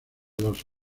dos